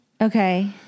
Okay